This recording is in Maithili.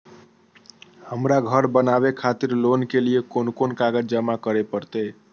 हमरा घर बनावे खातिर लोन के लिए कोन कौन कागज जमा करे परते?